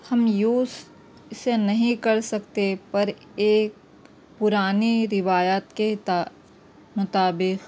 ہم یوز اسے نہیں کر سکتے پر ایک پرانی روایت کے مطابق